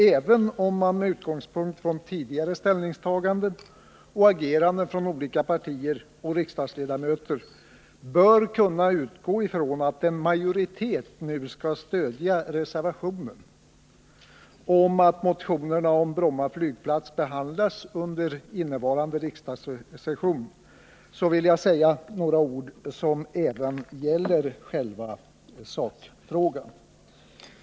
Även om man med utgångspunkt i tidigare ställningstaganden och agerande från olika partier och riksdagsledamöter bör kunna utgå ifrån att en majoritet nu skall stödja reservationen om att motionerna om Bromma flygplats behandlas under innevarande riksdagssession, vill jag säga några ord som även gäller själva sakfrågan.